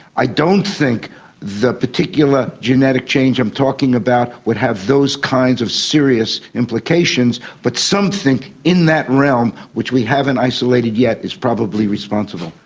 i don't think the particular genetic change i'm talking about would have those kinds of serious implications, but something in that realm which we haven't isolated yet is probably responsible.